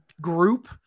group